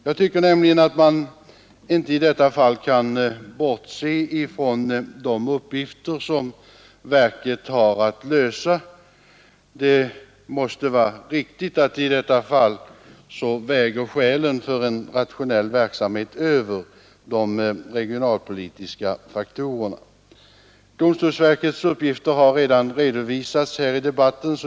Jag tycker inte att man i detta fall kan bortse från de uppgifter som verket har att lösa. Skälen för en rationell verksamhet måste här väga tyngre än de regionalpolitiska hänsynen. Domstolsverkets uppgifter har redan redovisats i debatten.